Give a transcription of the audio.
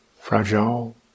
fragile